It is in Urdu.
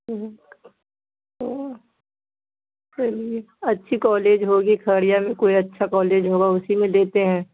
چلیے اچھی کالج ہوگی کھگڑیا میں کوئی اچھا کالج ہوگا اسی میں لیتے ہیں